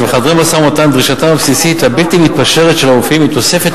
שבחדרי המשא-ומתן דרישתם הבסיסית הבלתי-מתפשרת של הרופאים היא תוספת